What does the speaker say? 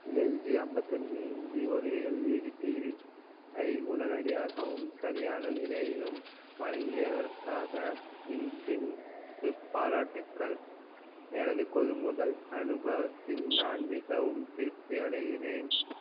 LG ஐம்பத்தஞ்சு inch ஒரு LED TV ஐ உடனடியாகவும் சரியான நிலையிலும் வழங்கியதற்காக இன்ஃபீம் க்கு பாராட்டுக்கள் எனது கொள்முதல் அனுபவத்தில் நான் மிகவும் திருப்தி அடைகிறேன்